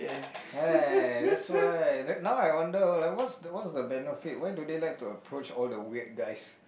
ah that's why then now I wonder like what what's the benefit why do they like to approach all the weird guys